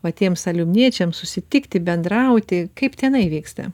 va tiems aliumniečiams susitikti bendrauti kaip tenai vyksta